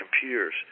computers